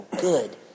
good